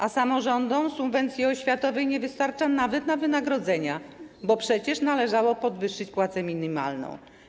A samorządom subwencji oświatowej nie wystarcza nawet na wynagrodzenia, bo przecież należało podwyższyć płacę minimalną.